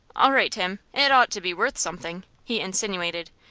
all right, tim. it ought to be worth something, he insinuated,